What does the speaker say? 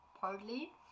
partly